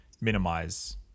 minimize